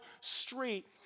street